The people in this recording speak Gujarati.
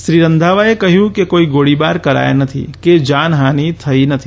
શ્રી રંધાવાએ કહ્યું કે કોઇ ગોળીબાર કરાયા નથી કે જાનહાની થઇ નથી